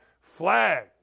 flag